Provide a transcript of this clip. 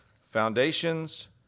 foundations